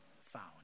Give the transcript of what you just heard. found